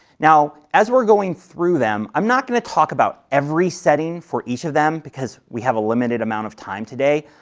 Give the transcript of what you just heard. now, as we are going through them, i'm not going to talk about every setting for each of them, because we have a limited amount of time today,